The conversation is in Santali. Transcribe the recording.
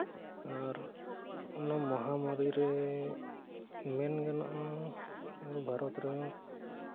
ᱟᱨ ᱚᱱᱟ ᱢᱚᱦᱟᱢᱟᱹᱨᱤ ᱨᱮ ᱢᱮᱱ ᱜᱟᱱᱚᱜᱼᱟ ᱟᱵᱚ ᱵᱷᱟᱨᱚᱛ ᱨᱮᱦᱚᱸ